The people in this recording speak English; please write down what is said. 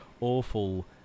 awful